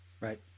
Right